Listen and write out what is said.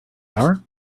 are